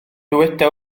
dyweda